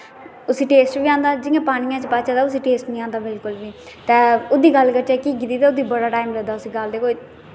उस्सी टेस्ट बी आंदा जि'यां पानियै च पाच्चै तां उस्सी टेस्ट निं आंदा बिल्कुल बी ते ओह्दी गल्ल करचै घिये दी ते उस्सी बड़ा टाईम लगदा